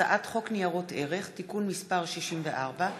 הצעת חוק ניירות ערך (תיקון מס' 64),